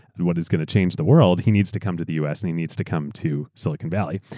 and what is going to change the world, he needs to come to the us and he needs to come to silicon valley.